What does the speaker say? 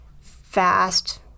fast